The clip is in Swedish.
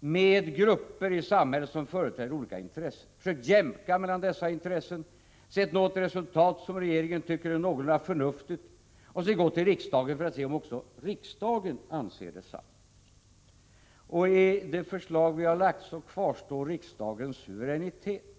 med grupper i samhället, företrädare för olika intressen. Man har försökt jämka mellan dessa intressen och uppnå något resultat som regeringen tyckt vara någorlunda förnuftigt. Det har man sedan gått till riksdagen med för att se om riksdagen anser detsamma. I de förslag vi har lagt fram kvarstår riksdagens suveränitet.